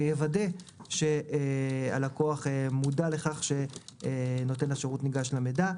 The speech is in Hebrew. שיוודא שהלקוח מודע לכך שנותן השירות ניגש למידע.